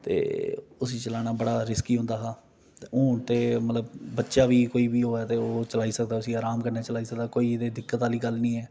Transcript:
ते उसी चलाना बड़ा रिस्की होंदा हा हून ते मतलब कोई बच्चा बी ते होऐ ते ओह् अराम कन्नै चलाई सकदा ते दिक्कत आह्ली गल्ल निं ऐ